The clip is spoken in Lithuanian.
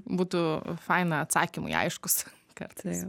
būtų faina atsakymai aiškūs kartais